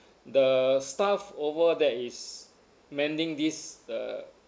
the staff over that is mending this uh